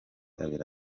abiri